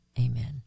Amen